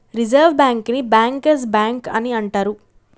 reserve బ్యాంకుని bankers bank అని అంటరు